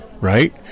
right